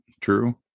true